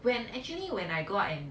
when actually when I go out and